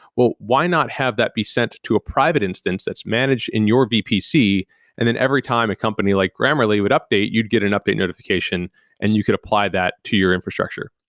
why not have that be sent to a private instance that's managed in your vpc and then every time a company like grammarly would update, you'd get an update notification and you could apply that to your infrastructure.